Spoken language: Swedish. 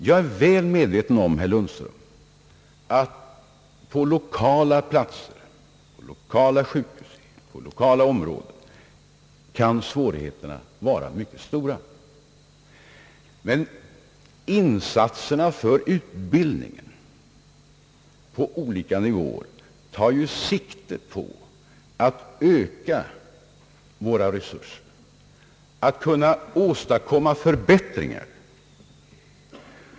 Jag är väl medveten om, herr Lundström, att på det lokala planet, på 1okala sjukhus, kan svårigheterna vara mycket stora, men insatserna för utbildningen på olika nivåer tar ju sikte på att öka våra resurser och att åstadkomma förbättringar.